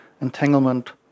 Entanglement